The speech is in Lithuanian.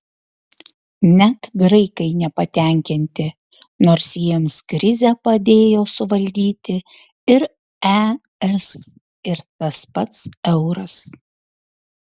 net graikai nepatenkinti nors jiems krizę padėjo suvaldyti ir es ir tas pats euras